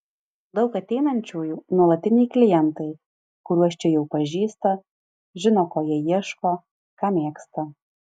daug ateinančiųjų nuolatiniai klientai kuriuos čia jau pažįsta žino ko jie ieško ką mėgsta